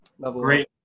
great